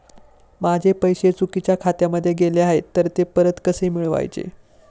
माझे पैसे चुकीच्या खात्यामध्ये गेले आहेत तर ते परत कसे मिळवायचे?